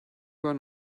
one